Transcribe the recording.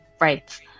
Right